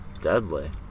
deadly